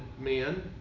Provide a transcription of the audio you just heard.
men